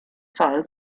file